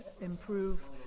improve